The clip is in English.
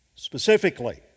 Specifically